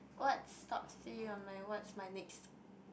what's stop see you on my what's my next